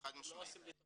חד משמעית.